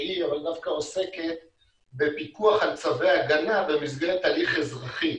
שהיא דווקא עוסקת בפיקוח על צווי הגנה במסגרת הליך אזרחי.